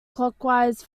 clockwise